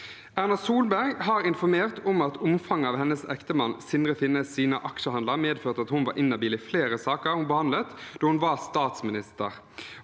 Erna Solberg har informert om at omfanget av hennes ektemann Sindre Finnes’ aksjehandler medførte at hun var inhabil i flere saker hun behandlet da hun var statsminister,